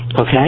okay